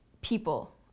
people